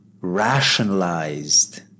rationalized